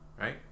right